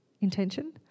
intention